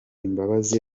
imbabazi